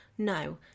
no